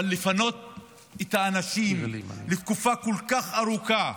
אבל לפנות את האנשים לתקופה כל כך ארוכה